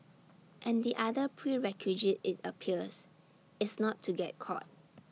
and the other prerequisite IT appears is not to get caught